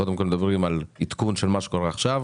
קודם כל מדברים על עדכון של מה שקורה עכשיו,